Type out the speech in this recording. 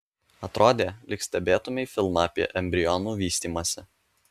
atrodė lyg stebėtumei filmą apie embrionų vystymąsi